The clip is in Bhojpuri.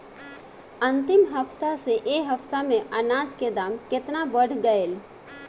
अंतिम हफ्ता से ए हफ्ता मे अनाज के दाम केतना बढ़ गएल?